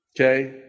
okay